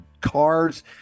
cars